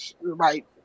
right